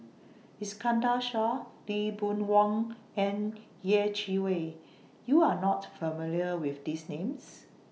Iskandar Shah Lee Boon Wang and Yeh Chi Wei YOU Are not familiar with These Names